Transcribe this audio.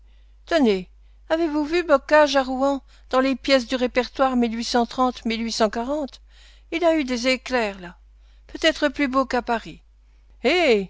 tenez avez-vous vu bocage à rouen dans les pièces du répertoire il a eu des éclairs là peut-être plus beaux qu'à paris hé